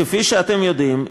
כפי שאתם יודעים,